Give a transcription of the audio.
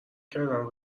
کردن